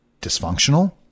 dysfunctional